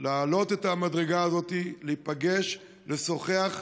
לעלות את המדרגה הזאת, להיפגש, לשוחח,